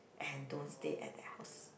and don't stay at the house